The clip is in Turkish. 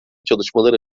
çalışmaları